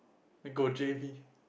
go j_b